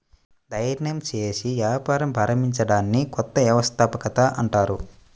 ధైర్యం చేసి వ్యాపారం ప్రారంభించడాన్ని కొత్త వ్యవస్థాపకత అంటారు